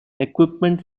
equipment